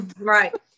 Right